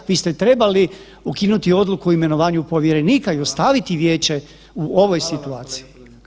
Vi ste trebali ukinuti o imenovanju povjerenika i ostaviti vijeće u ovoj situaciji.